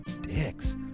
dicks